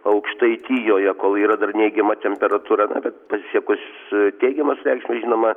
aukštaitijoje kol yra dar neigiama temperatūra na bet pasiekus teigiamas reikšmes žinoma